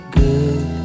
good